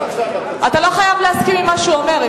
אתה לא חייב להסכים עם מה שהוא אומר,